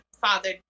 father